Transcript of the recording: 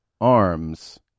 arms